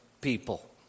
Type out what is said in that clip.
people